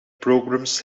programs